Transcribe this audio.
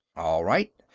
all right.